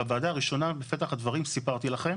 בוועדה הראשונה בפתח הדברים סיפרתי לכם